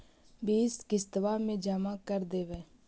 बिस किस्तवा मे जमा कर देवै?